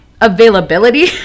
availability